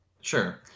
Sure